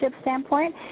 standpoint